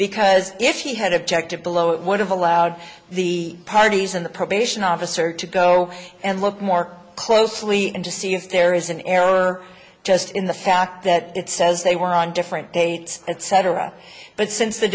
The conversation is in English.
because if he had objective below it would have allowed the parties in the probation officer to go and look more closely into see if there is an error just in the fact that it says they were on different dates etc but since the